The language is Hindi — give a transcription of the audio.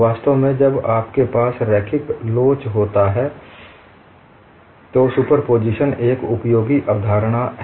वास्तव में जब आपके पास रैखिक लोच होता है तो सुपरपोजिशन एक उपयोगी अवधारणा है